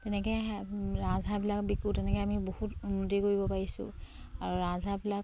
তেনেকে ৰাজহাঁহবিলাক বিকো তেনেকে আমি বহুত উন্নতি কৰিব পাৰিছোঁ আৰু ৰাজহাঁহবিলাক